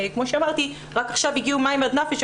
שכמו שאמרתי רק עכשיו הגיעו מים עד נפש,